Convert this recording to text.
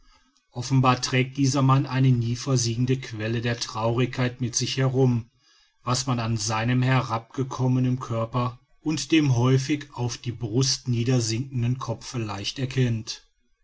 offenbar trägt dieser mann eine nie versiegende quelle der traurigkeit mit sich herum was man an seinem herabgekommenen körper und dem häufig auf die brust niedersinkenden kopfe leicht erkennt